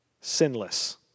sinless